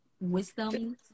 wisdom